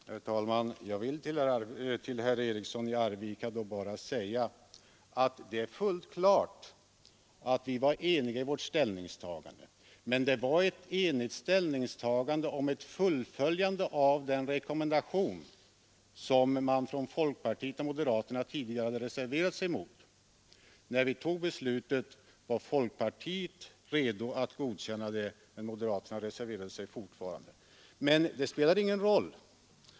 Herr talman! Jag vill till herr Eriksson i Arvika bara säga att det är fullt klart att vi var ense i vårt ställningstagande. Men det var ett enigt ställningstagande om ett fullföljande av den rekommendation som folkpartiet och moderaterna tidigare hade reserverat sig mot. När vi fattade beslutet var folkpartiet redo att godkänna det, men moderaterna reserverade sig fortfarande. Men det spelar ingen roll.